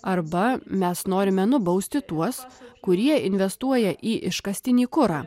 arba mes norime nubausti tuos kurie investuoja į iškastinį kurą